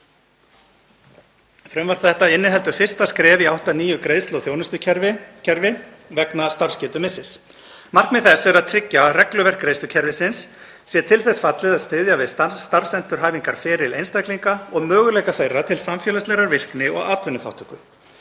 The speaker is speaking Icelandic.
Frumvarp þetta inniheldur fyrsta skref í átt að nýju greiðslu- og þjónustukerfi vegna starfsgetumissis. Markmið þess er að tryggja að regluverk greiðslukerfisins sé til þess fallið að styðja við starfsendurhæfingarferil einstaklinga og möguleika þeirra til samfélagslegrar virkni og atvinnuþátttöku.